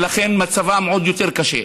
ולכן מצבם עוד יותר קשה,